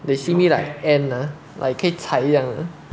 they see me like ant ah like 可以踩一样的